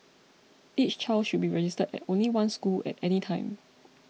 each child should be registered at only one school at any time